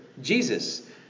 Jesus